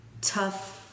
tough